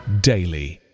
daily